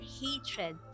hatred